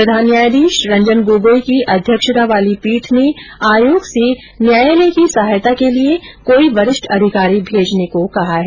प्रधान न्यायाधीश रंजन गोगोई की अध्यक्षता वाली पीठ ने आयोग से न्यायालय की सहायता के लिए कोई वरिष्ठ अधिकारी भेजने को कहा है